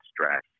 stress